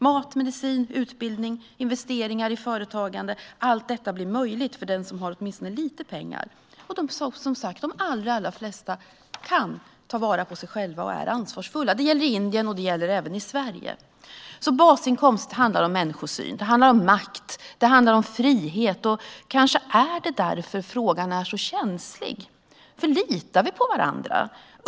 Mat, medicin, utbildning och investeringar i företagande blir möjligt för den som har åtminstone lite pengar. De allra flesta kan ta vara på sig själva och är ansvarsfulla. Det gäller Indien, och det gäller även i Sverige. Basinkomst handlar om människosyn, om makt och om frihet. Det är kanske därför som frågan är så känslig. Litar vi på varandra?